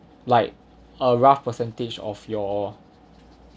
like a rough percentage of your